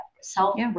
self